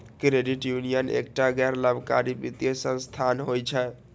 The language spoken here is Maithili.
क्रेडिट यूनियन एकटा गैर लाभकारी वित्तीय संस्थान होइ छै